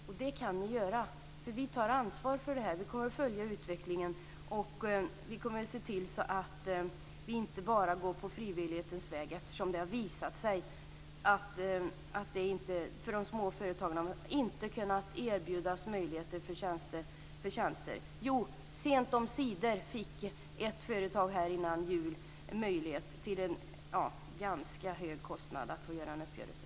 Och det kan ni göra, eftersom vi tar ansvar för detta. Vi kommer att följa utvecklingen. Vi kommer att se till att vi inte bara går på frivillighetens väg, eftersom det har visat sig att de små företagen inte har kunnat erbjudas möjligheter i fråga om tjänster. Jo, sent omsider fick ett företag före jul en möjlighet att till en ganska hög kostnad få en uppgörelse.